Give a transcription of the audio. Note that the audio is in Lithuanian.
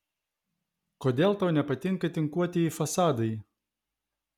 kodėl tau nepatinka tinkuotieji fasadai